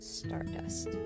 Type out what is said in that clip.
stardust